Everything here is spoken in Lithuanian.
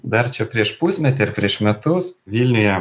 dar čia prieš pusmetį ar prieš metus vilniuje